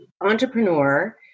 Entrepreneur